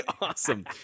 awesome